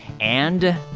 and.